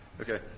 Okay